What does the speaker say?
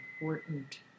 important